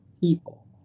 people